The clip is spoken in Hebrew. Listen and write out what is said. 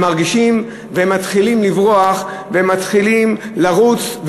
מרגישות ומתחילות לברוח ומתחילות לרוץ,